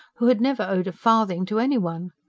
who had never owed a farthing to anyone!